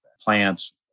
plants